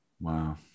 Wow